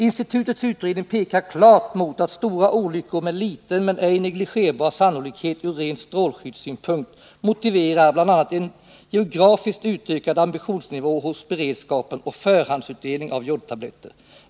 Institutets utredning pekar klart mot att stora olyckor med liten men ej negligerbar sannolikhet ur ren strålskyddssynpunkt motiverar bl.a. en geografiskt utökad ambitionsnivå hos beredskapen och förhandsutdelning av jodtabletter.